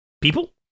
people